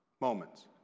moments